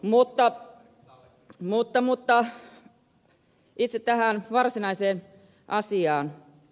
mutta itse tähän varsinaiseen asiaan